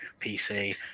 pc